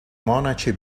monaci